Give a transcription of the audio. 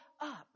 up